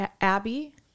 Abby